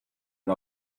and